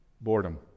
boredom